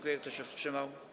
Kto się wstrzymał?